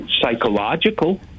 psychological